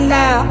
now